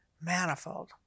Manifold